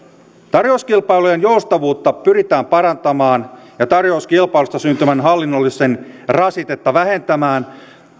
tarjouskilpailujen joustavuutta pyritään parantamaan ja tarjouskilpailusta syntyvää hallinnollista rasitetta vähentämään